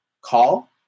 call